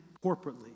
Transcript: corporately